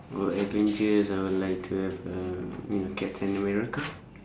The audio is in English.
for avengers I would like to have uh you know captain america